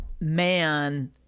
man